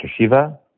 Shiva